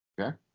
Okay